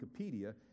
wikipedia